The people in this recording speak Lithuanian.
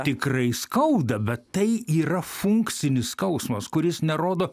tikrai skauda bet tai yra funkcinis skausmas kuris nerodo